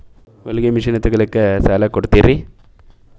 ಹೊಲಗಿ ಮಷಿನ್ ತೊಗೊಲಿಕ್ಕ ಸಾಲಾ ಕೊಡ್ತಿರಿ?